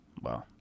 Wow